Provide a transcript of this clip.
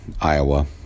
Iowa